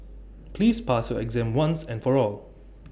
please pass your exam once and for all